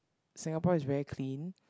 Singapore is very clean